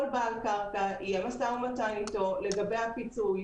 כל בעל קרקע יהיה משא ומתן איתו לגבי הפיצוי.